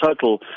total